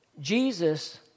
Jesus